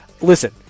Listen